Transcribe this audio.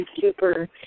super